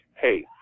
hey